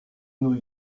new